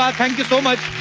ah thank you so much,